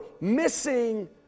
missing